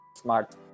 Smart